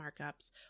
markups